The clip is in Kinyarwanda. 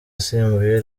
asimbuye